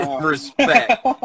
Respect